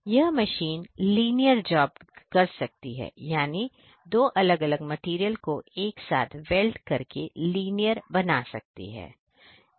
यह machine linear job कर सकती है यानी दो अलग अलग मटेरियल को एक साथ वेर्ल् ड करके लीनियर बना सकती है